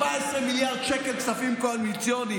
14 מיליארד שקלים כספים קואליציוניים,